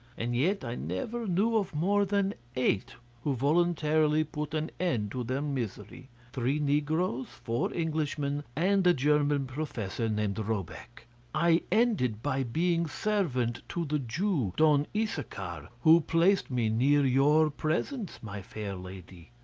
and yet i never knew of more than eight who voluntarily put an end to their misery three negroes, four englishmen, and a german professor named robek. fourteen i ended by being servant to the jew, don issachar, who placed me near your presence, my fair lady.